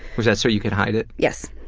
was that so you could hide it? yes.